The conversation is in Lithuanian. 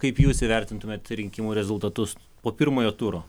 kaip jūs įvertintumėt rinkimų rezultatus po pirmojo turo